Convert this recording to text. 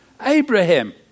Abraham